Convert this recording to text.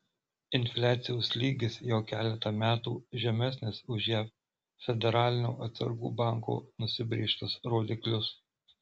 infliacijos lygis jau keletą metų žemesnis už jav federalinio atsargų banko nusibrėžtus rodiklius